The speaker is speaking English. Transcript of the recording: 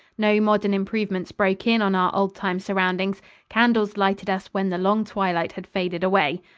no modern improvements broke in on our old-time surroundings candles lighted us when the long twilight had faded away.